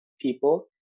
people